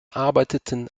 arbeiteten